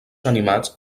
animats